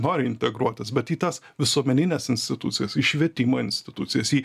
nori integruotis bet į tas visuomenines institucijas į švietimo institucijas į